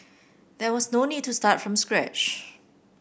there was no need to start from scratch